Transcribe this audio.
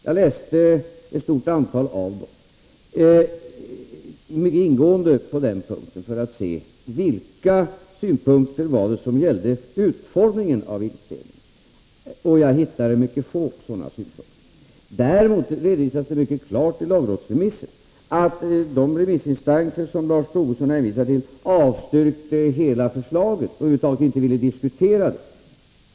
Jag läste ett stort antal av dem mycket ingående för att se vilka synpunkter som gällde utformningen av vinstdelningen. Jag hittade mycket få sådana synpunkter. Däremot redovisas mycket klart i lagrådsremissen inställningen hos de remissinstanser som Lars Tobisson hänvisar till avstyrkte hela förslaget och över huvud taget inte ville diskutera det.